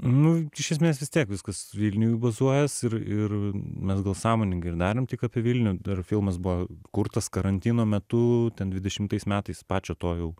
nu iš esmės vis tiek viskas vilniuj bazuojas ir ir mes gal sąmoningai ir darėm tik apie vilnių dar filmas buvo kurtas karantino metu ten dvidešimtais metais pačio to jau